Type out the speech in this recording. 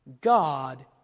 God